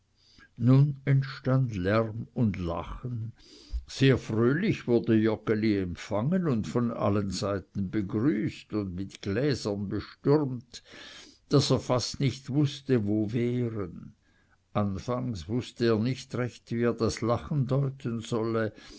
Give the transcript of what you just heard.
nun entstand lärm und lachen sehr fröhlich wurde joggeli empfangen und von allen seiten begrüßt und mit gläsern bestürmt daß er fast nicht wußte wo wehren anfangs wußte er nicht recht wie er das lachen deuten solle